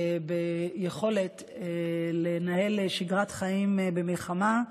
את היכולת לנהל שגרת חיים במלחמה,